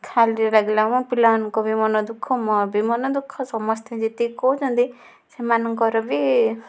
ଖାଲି ଲାଗିଲା ମୋ ପିଲାମାନଙ୍କ ବି ମନ ଦୁଃଖ ମୋର ବି ମନ ଦୁଃଖ ସମସ୍ତେ ଯେତିକି କହୁଛନ୍ତି ସେମାନଙ୍କର ବି